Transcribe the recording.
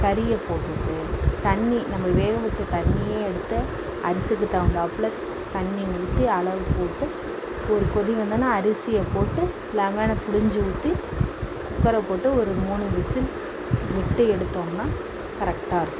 கரியை போட்டுவிட்டு தண்ணி நம்ம வேக வைச்ச தண்ணியை எடுத்து அரிசிக்கு தகுந்தாப்ல தண்ணி ஊற்றி அளவு போட்டு ஒரு கொதி வந்தோவுன அரிசியை போட்டு லெமனை புழிஞ்சு ஊற்றி குக்கரை போட்டு ஒரு மூணு விசில் விட்டு எடுத்தோம்னால் கரெக்டாக இருக்கும்